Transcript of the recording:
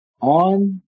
on